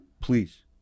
Please